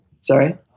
Sorry